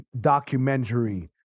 documentary